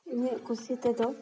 ᱤᱧᱟᱹᱜ ᱠᱩᱥᱤ ᱛᱮᱫᱚ